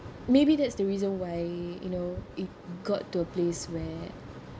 maybe that's the reason why you know it got to a place where